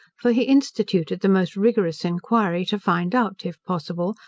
for he instituted the most rigorous inquiry to find out, if possible,